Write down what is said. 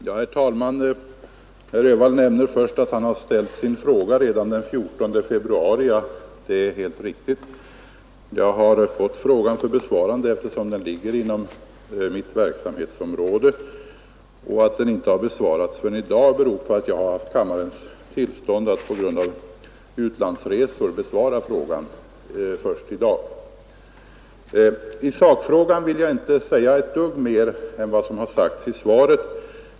Herr talman! Herr Öhvall nämnde först att han hade ställt sin fråga redan den 14 februari. Det är helt riktigt. Jag har fått frågan för besvarande, eftersom den ligger inom mitt verksamhetsområde. Att den inte besvarats förrän i dag, beror på att jag haft kammarens tillstånd att på grund av utlandsresor få besvara frågan först i dag. I sakfrågan vill jag inte säga ett dugg mer än som sagts i svaret.